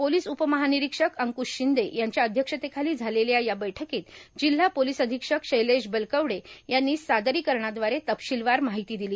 police उपमहानिरीक्षक अंकुश शिंदे यांच्या अध्यक्षतेखाली झालेल्या या बैठकीत जिल्हा पोलीस अधिक्षक शैलेश बलकवडे यांनी सादरीकरणाद्वारे तपशिलवार माहिती दिली